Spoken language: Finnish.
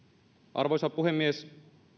arvoisa puhemies